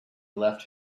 left